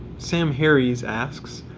sam harries asks,